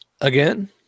again